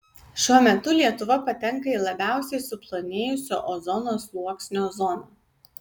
šiuo metu lietuva patenka į labiausiai suplonėjusio ozono sluoksnio zoną